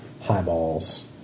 highballs